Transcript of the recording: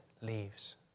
leaves